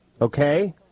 Okay